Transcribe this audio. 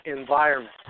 environment